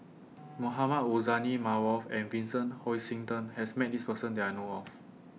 Mohamed Rozani Maarof and Vincent Hoisington has Met This Person that I know of